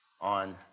on